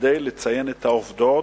כדי לציין את העובדות.